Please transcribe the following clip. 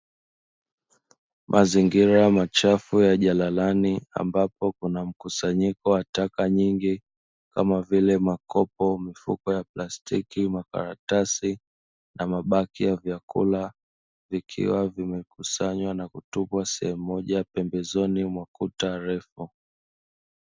Mazingira machafu ya jalalani ambapo kuna mkusanyiko wa taka nyingi kama vile makopo, mifuko ya plastiki, makaratasi na mabaki ya vyakula vikiwa vimekusanywa na kutupwa sehemu moja pembezoni mwa kuta refu.